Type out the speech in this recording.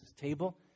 table